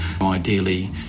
Ideally